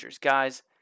Guys